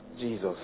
Jesus